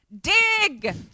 dig